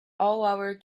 our